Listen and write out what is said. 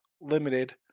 limited